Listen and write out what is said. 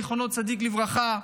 זכר צדיק לברכה,